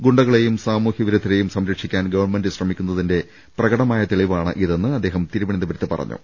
ഗുണ്ടകളെയും സാമൂഹ്യ വിരു ദ്ധരെയും സംരക്ഷിക്കാൻ ഗവൺമെന്റ് ശ്രമിക്കുന്നതിന്റെ പ്രകടമായ തെളിവാണ് ഇതെന്ന് അദ്ദേഹം തിരുവനന്തപുരത്ത് പറഞ്ഞു